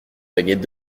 baguette